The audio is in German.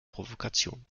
provokation